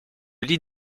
lie